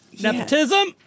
Nepotism